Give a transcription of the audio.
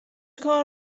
کار